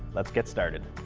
let's get started.